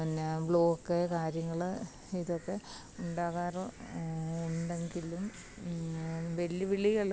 എന്നാ ബ്ലോക്ക് കാര്യങ്ങൾ ഇതൊക്കെ ഉണ്ടാകാറുണ്ട് ഉണ്ടെങ്കിലും വെല്ലുവിളികൾ